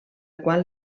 qual